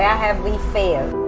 have we failed?